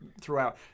throughout